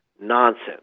nonsense